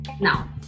Now